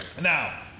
Now